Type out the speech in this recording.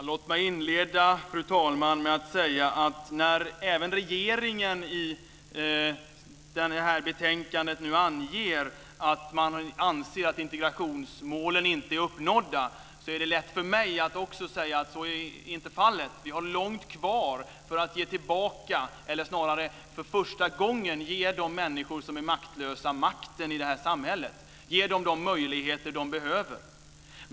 Fru talman! Låt mig inleda med att säga att när även regeringen nu anger att man anser att integrationsmålen inte är uppnådda är det lätt för mig att också säga att så inte är fallet. Vi har långt kvar för att ge tillbaka eller snarare för första gången ge de människor som är maktlösa makten i det här samhället, ge dem de möjligheter de behöver.